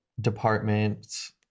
departments